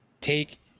Take